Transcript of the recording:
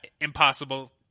impossible